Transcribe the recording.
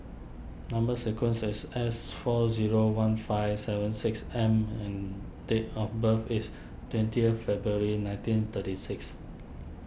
Number Sequence is S four zero one five seven six M and date of birth is twentieth February nineteen thirty six